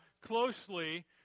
closely